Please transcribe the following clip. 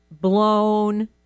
blown